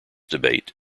debate